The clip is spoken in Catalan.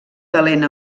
talent